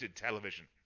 television